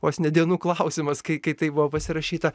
vos ne dienų klausimas kai kai tai buvo pasirašyta